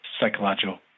psychological